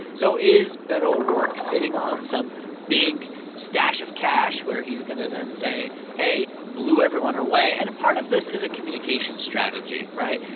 so is beto o'rourke sitting on some big stash of cash where he's going to then say, hey, blew everyone away? and part of this is a communications strategy right?